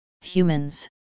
humans